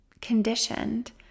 conditioned